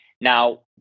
Now